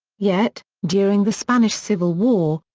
yet, during the spanish civil war,